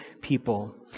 people